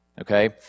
okay